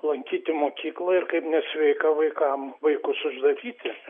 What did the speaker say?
lankyti mokyklą ir kaip nesveika vaikam vaikus uždaryti